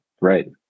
Right